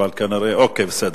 אבל כנראה, אוקיי, בסדר.